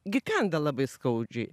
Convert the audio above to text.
gi kanda labai skaudžiai